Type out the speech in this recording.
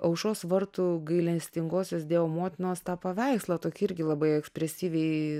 aušros vartų gailestingosios dievo motinos tą paveikslą tokį irgi labai ekspresyviai